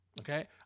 okay